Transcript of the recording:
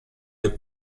the